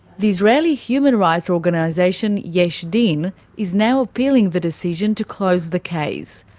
the israeli human rights organisation yesh din is now appealing the decision to close the case.